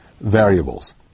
variables